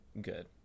Good